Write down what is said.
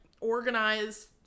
organized